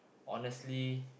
honestly